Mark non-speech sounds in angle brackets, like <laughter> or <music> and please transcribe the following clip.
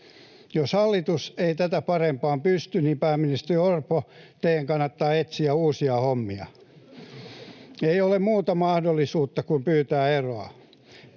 Jos hallitus ei tätä parempaan pysty, pääministeri Orpo, teidän kannattaa etsiä uusia hommia. <laughs> Ei ole muuta mahdollisuutta kuin pyytää eroa.